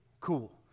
cool